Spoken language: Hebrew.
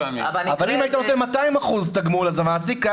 אבל אם היית נותן 200% תגמול המעסיק היה